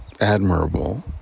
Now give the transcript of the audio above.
admirable